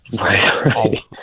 Right